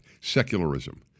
secularism